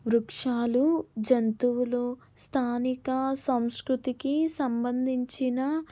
వృక్షాలు జంతువులు స్థానిక సంస్కృతికి సంబంధించిన